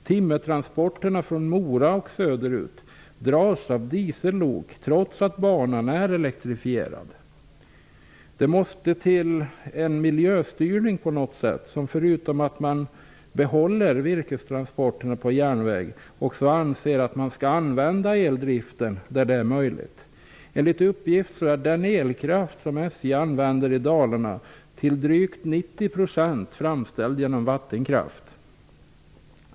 Timmertransporterna från Mora och söderut dras av dieselbok trots att banan är elektrifierad. Det måste till en miljöstyrning på något sätt. Förutom att man behåller virkestransporterna på järnväg skall man också använda eldriften där det är möjligt. Enligt uppgift är den elkraft som SJ använder i Dalarna till drygt 90 % framställd genom vattenkraft.